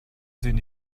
sind